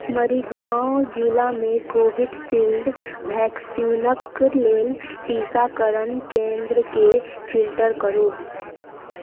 मरीगांँव जिलामे कोविशील्ड वैक्सीनक लेल टीकाकरण केंद्रकेँ फ़िल्टर करु